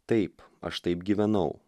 taip aš taip gyvenau